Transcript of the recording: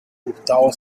gustavo